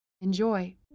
Enjoy